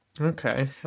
okay